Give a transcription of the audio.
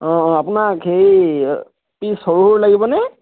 অঁ অঁ আপোনাক হেৰি পিচ সৰু লাগিবনে